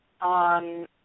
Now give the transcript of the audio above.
on